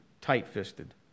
tight-fisted